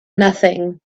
nothing